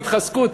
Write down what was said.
התחזקות.